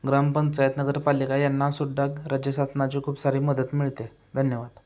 ग्रामपंचायत नगरपालिका यांनासुद्धा राज्यशासनाची खूप सारी मदत मिळते धन्यवाद